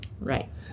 Right